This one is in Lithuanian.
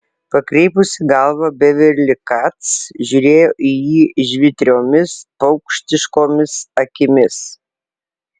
pakreipusi galvą beverli kac žiūrėjo į jį žvitriomis paukštiškomis akimis